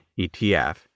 ETF